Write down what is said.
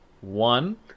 One